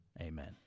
Amen